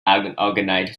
unorganized